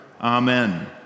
Amen